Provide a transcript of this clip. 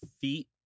feet